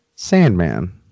Sandman